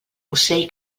ocell